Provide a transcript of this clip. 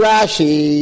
Rashi